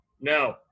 No